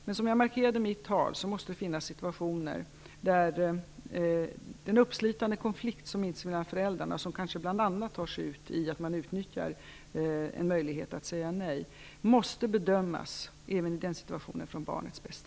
Men som jag markerade i mitt anförande måste det finnas situationer där den uppslitande konflikt som finns mellan föräldrarna kanske tar sig uttryck i att man utnyttjar en möjlighet att säga nej. Även den situationen måste bedömas med utgångspunkt från barnets bästa.